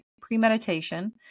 premeditation